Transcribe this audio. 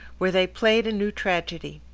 where they played a new tragedy.